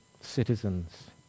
citizens